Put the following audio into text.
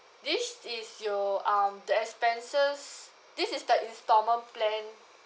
this is your um the expenses this is the instalment plan